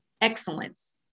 excellence